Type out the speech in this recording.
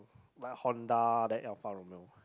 like Honda then Alfa-Romeo